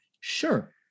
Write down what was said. Sure